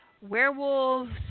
werewolves